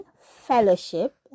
fellowship